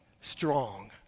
strong